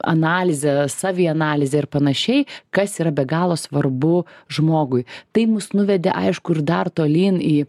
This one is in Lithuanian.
analizė savianalizė ir panašiai kas yra be galo svarbu žmogui tai mus nuvedė aišku ir dar tolyn į